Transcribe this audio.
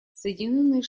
соединенные